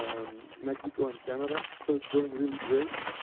um mexico and canada. so it's growing really great.